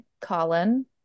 Colin